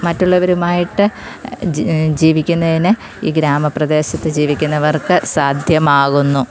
മറ്റുള്ളവരുമായിട്ട് ജീവിക്കുന്നതിന് ഈ ഗ്രാമ പ്രദേശത്ത് ജീവിക്കുന്നവർക്ക് സാധ്യമാകുന്നു